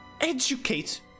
educate